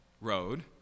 road